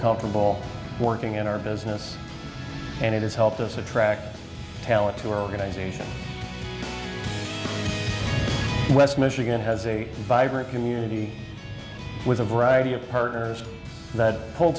comfortable working in our business and it has helped us attract talent to our organization west michigan has a vibrant community with a variety of partners